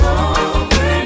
over